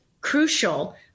crucial